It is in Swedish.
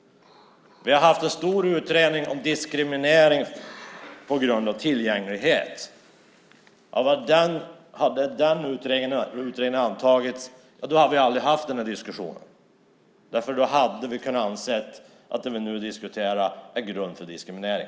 Vi har haft en stor utredning om diskriminering på grund av otillgänglighet. Hade den utredningens förslag antagits hade vi aldrig haft den här diskussionen, för då hade vi kunnat anse att det vi nu diskuterar är grund för diskriminering.